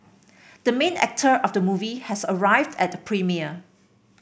the main actor of the movie has arrived at the premiere